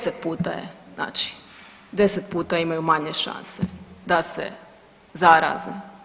10 puta je znači, 10 puta imaju manje šanse da se zaraze.